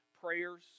prayers